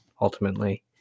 ultimately